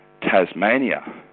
Tasmania